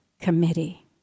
committee